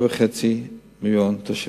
7.5 מיליוני תושבים.